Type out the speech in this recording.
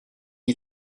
qui